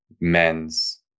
men's